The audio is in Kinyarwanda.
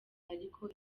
ariko